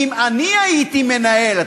אם אני הייתי מנהל,